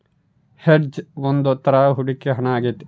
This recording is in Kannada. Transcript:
ಹೆಡ್ಜ್ ಒಂದ್ ತರ ಹೂಡಿಕೆ ಹಣ ಆಗೈತಿ